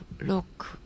look